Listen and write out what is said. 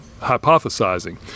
hypothesizing